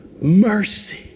Mercy